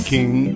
King